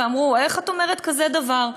ואמרו: איך את אומרת כזה דבר?